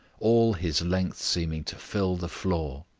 all his length seeming to fill the floor.